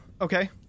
Okay